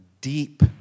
deep